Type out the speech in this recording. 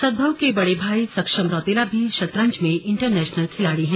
सदभव के बड़े भाई सक्षम रौतेला भी शतरंज में इंटरनेशनल खिलाड़ी हैं